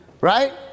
right